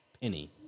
penny